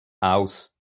aus